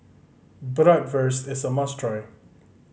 bratwurst is a must try